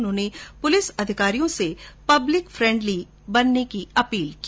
उन्होंने पुलिस अधिकारियो से पब्लिक फेंडली बनने की अपील की